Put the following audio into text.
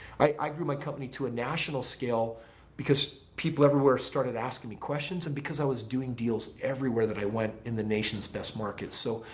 i i grew my company to a national scale because people everywhere started asking me questions and because i was doing deals everywhere that i went in the nation's best market. so,